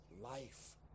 life